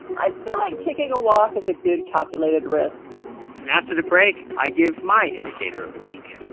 i feel like taking a walk is a good calculated risk and after the break, i give my indicator of the week